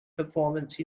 performance